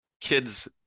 kids